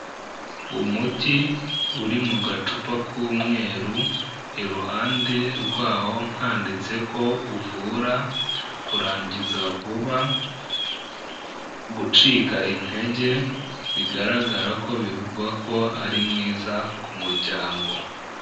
Umuti uri mu gacupa k'umweru iruhande rwawo handitse ko uvura kurangiza vuba, gucika intege bigaragara ko bivugwa ko ari mwiza ku muryango.